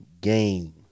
game